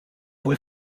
wohl